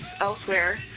elsewhere